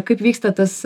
kaip vyksta tas